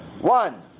One